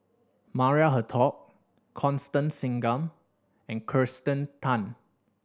Maria Hertogh Constance Singam and Kirsten Tan